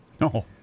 No